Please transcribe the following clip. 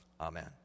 amen